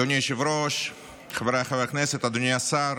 אדוני היושב-ראש, חבריי חברי הכנסת, אדוני השר,